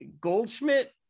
Goldschmidt